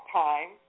time